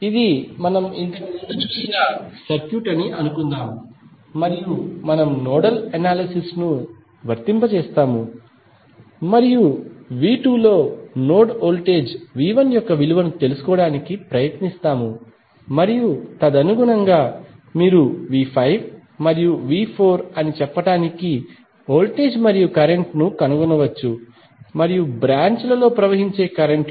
ఇది మనము ఇంతకుముందు చూసిన సర్క్యూట్ అని అనుకుందాం మరియు మనము నోడల్ అనాలిసిస్ ను వర్తింపజేస్తాము మరియు V2 లో నోడ్ వోల్టేజీ V1యొక్క విలువలను తెలుసుకోవడానికి ప్రయత్నిస్తాము మరియు తదనుగుణంగా మీరు V5 మరియుV4అని చెప్పడానికి వోల్టేజ్ మరియు కరెంట్ ను కనుగొనవచ్చు మరియు బ్రాంచ్ లలో ప్రవహించే కరెంట్ లు